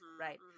right